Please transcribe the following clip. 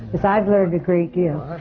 because i've learned a great deal.